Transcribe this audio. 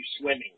swimming